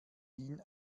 din